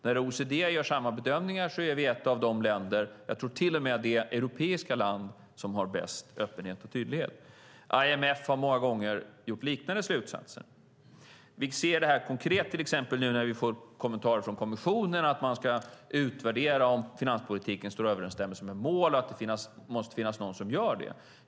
När OECD gör samma bedömningar är vi ett av de länder, jag tror till och med det europeiska land, som har bäst öppenhet och tydlighet. IMF har många gånger dragit liknande slutsatser. Vi ser det konkret nu när vi får kommentarer från kommissionen om att man ska utvärdera om finanspolitiken står i överensstämmelse med mål och att det måste finnas någon som gör det.